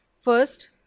First